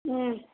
ம்